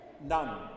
none